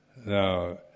Now